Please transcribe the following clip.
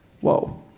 whoa